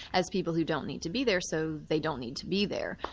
as people who don't need to be there, so they don't need to be there.